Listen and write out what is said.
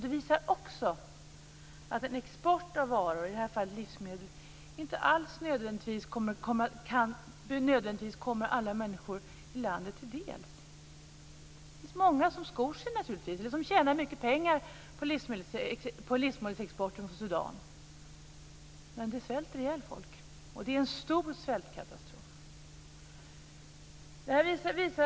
Det visar också att en export av varor, i det här fallet livsmedel, inte alls nödvändigtvis kommer alla människor i landet till del. Det finns naturligtvis många som skor sig på detta och tjänar mycket pengar på livsmedelsexporten från Sudan. Men samtidigt svälter folk ihjäl. Det är en stor svältkatastrof.